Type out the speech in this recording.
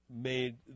made